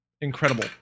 incredible